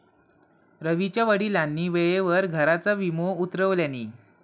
रवीच्या वडिलांनी वेळेवर घराचा विमो उतरवल्यानी